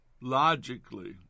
logically